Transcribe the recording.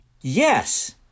Yes